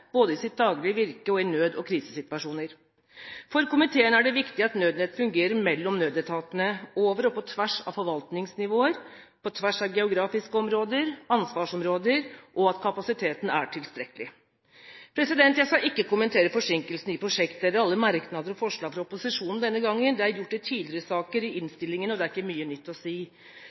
både i sitt daglige virke og i nød- og krisesituasjoner. For komiteen er det viktig at nødnettet fungerer mellom nødetatene, over og på tvers av forvaltningsnivåer, på tvers av geografiske områder, ansvarsområder, og at kapasiteten er tilstrekkelig. Jeg skal ikke kommentere forsinkelsene i prosjektet, alle merknader og forslag fra opposisjonen i innstillingen denne gangen, det er gjort i tidligere saker – det er ikke mye nytt å si.